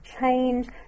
change